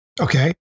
Okay